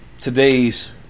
Today's